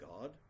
god